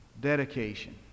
dedication